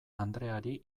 andreari